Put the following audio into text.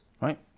Right